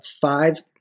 five